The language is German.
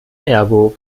ergo